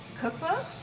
cookbooks